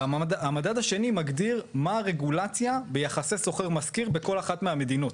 והמדד השני מגדיר מה הרגולציה ביחסי שוכר-משכיר בכל אחת מהמדינות.